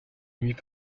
nuits